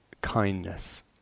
kindness